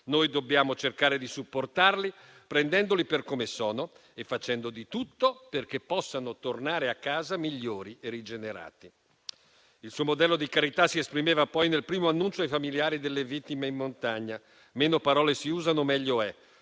Noi dobbiamo cercare di supportarli, prendendoli per come sono e facendo di tutto perché possano tornare a casa migliori e rigenerati. Il suo modello di carità si esprimeva poi nel primo annuncio ai familiari delle vittime in montagna: meno parole si usano meglio è.